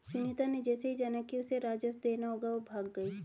सुनीता ने जैसे ही जाना कि उसे राजस्व देना है वो भाग गई